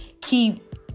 keep